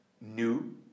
new